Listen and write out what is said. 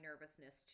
nervousness